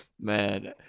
man